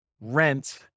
rent